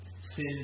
Sin